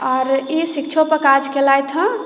और ई शिक्षो पर काज केलथि हँ